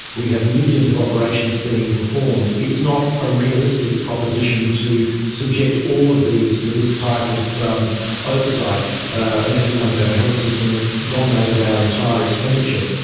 we have millions of operations being performed, it's not a realistic proposition to subject all of these to this type of um oversight unless we wanted to have a health system that dominated our entire expenditure.